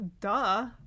duh